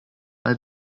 all